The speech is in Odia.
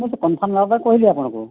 ମୁଁ ତ ଫଙ୍କ୍ସନ୍ରେ ନେବା ପାଇଁ କହିଲି ଆପଣଙ୍କୁ